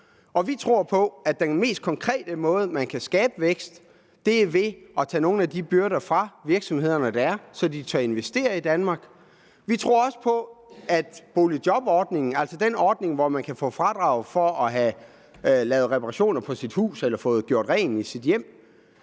Vi tror på, at den mest konkrete måde, man kan skabe vækst på, er ved at fjerne nogle af de byrder, som virksomhederne har, så de tør investere i Danmark. Hvad angår boligjobordningen, altså den ordning, hvor man kan få et fradrag for at få lavet reparationer på sit hus eller få gjort rent i sit hjem,